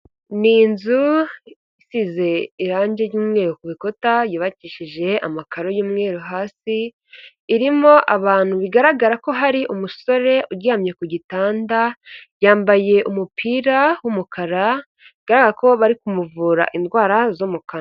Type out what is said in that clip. Ni inzu isize irangi ry'umweru ku bikuta, yubakishije amakaro y'umweru hasi, irimo abantu bigaragara ko hari umusore uryamye ku gitanda, yambaye umupira w'umukara bigaragara ko bari kumuvura indwara zo mu kanwa.